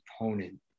opponent